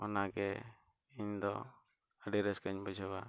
ᱚᱱᱟᱜᱮ ᱤᱧᱫᱚ ᱟᱹᱰᱤ ᱨᱟᱹᱥᱠᱟᱹᱧ ᱵᱩᱡᱷᱟᱹᱣᱟ